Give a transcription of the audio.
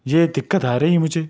یہ دقت آ رہی ہے مجھے